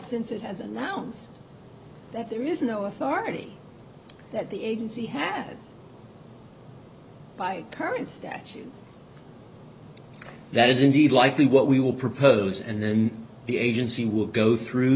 since it has announced that there is no authority that the agency had by the current statute that is indeed likely what we will propose and then the agency will go through